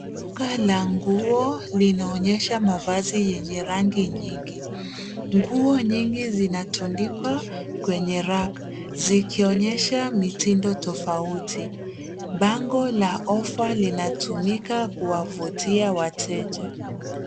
Duka la nguo linaonyesha mavazi yenye rangi nyingi. Nguo nyingi zinatundikwa kwenye rack zikionyesha mitindo tofauti. Bango la offer linatumika kuwavutia wateja.